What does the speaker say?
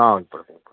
ആ കുഴപ്പമില്ല